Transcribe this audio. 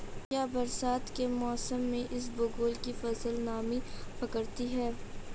क्या बरसात के मौसम में इसबगोल की फसल नमी पकड़ती है?